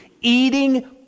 eating